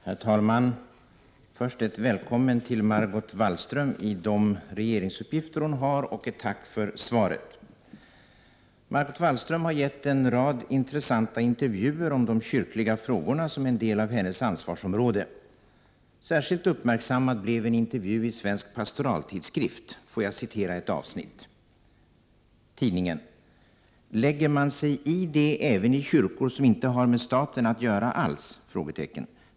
Herr talman! Först vill jag hälsa Margot Wallström välkommen till de regeringsuppgifter hon har och tacka för svaret. Margot Wallström har gett en rad intressanta intervjuer om de kyrkliga frågor som är en del av hennes ansvarsområde. Särskilt uppmärksammad blev en intervju i Svensk pastoraltidskrift. Jag skall citera ett avsnitt: ”SPT: Lägger man sig i det även i kyrkor som inte har med staten att göra alls?